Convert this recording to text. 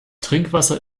trinkwasser